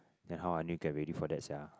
then how I need get ready for that sia